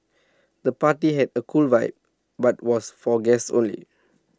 the party had A cool vibe but was for guests only